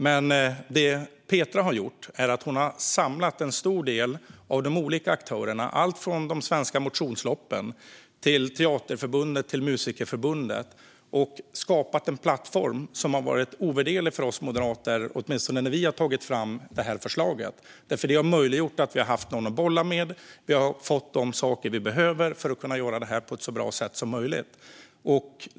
Men det Petra har gjort är att samla en stor del av de olika aktörerna, allt från de svenska motionsloppen till Teaterförbundet och Musikerförbundet, och skapat en plattform som har varit ovärderlig för oss moderater, åtminstone när vi har tagit fram det här förslaget. Det har möjliggjort att vi har haft någon att bolla med, och vi har fått de saker vi behöver för att kunna göra detta på ett så bra sätt som möjligt.